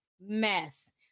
mess